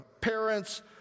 parents